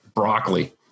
broccoli